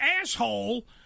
asshole